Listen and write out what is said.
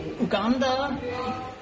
Uganda